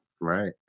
Right